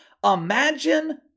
Imagine